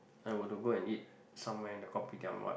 I were to go and eat somewhere in the Kopitiam or what